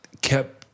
kept